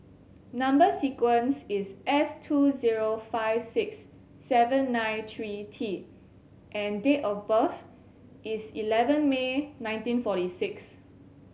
number sequence is S two zero five six seven nine three T and date of birth is eleven May nineteen forty six